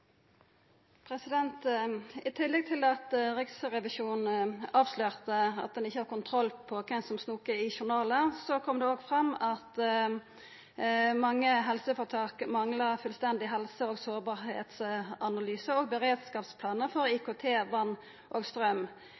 I tillegg til at Riksrevisjonen avslørte at ein ikkje har kontroll på kven som snokar i journalar, kom det òg fram at mange helseføretak manglar fullstendig helse- og sårbarheitsanalyse og beredskapsplanar for IKT, vatn og